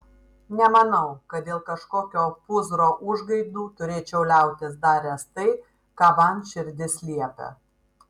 nemanau kad dėl kažkokio pūzro užgaidų turėčiau liautis daręs tai ką man širdis liepia